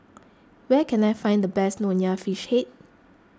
where can I find the best Nonya Fish Head